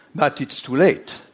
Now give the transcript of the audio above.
but it's too late.